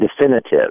definitive